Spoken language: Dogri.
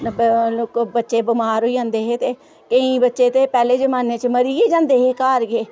जिसले बच्चे बिमार होई जंदे हे ते केईं बच्चे ते पहले जमाने च बच्चे मरी गे जंदे हे घर गे